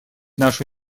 нашу